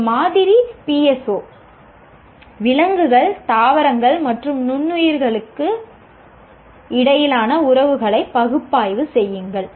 ஒரு மாதிரி PSO விலங்குகள் தாவரங்கள் மற்றும் நுண்ணுயிரிகளுக்கு இடையிலான உறவுகளை பகுப்பாய்வு செய்யுங்கள்